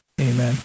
amen